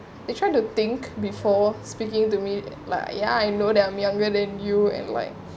they tried to think before speaking to me lah ya I know that I'm younger than you and like